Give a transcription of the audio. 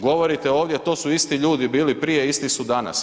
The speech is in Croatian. Govorite ovdje to su isti ljudi bili prije, isti su danas.